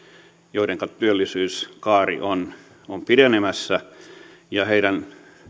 joidenka työllisyyskaari on on pitenemässä ja heidän